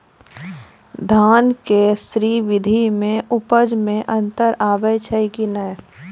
धान के स्री विधि मे उपज मे अन्तर आबै छै कि नैय?